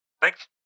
Thanks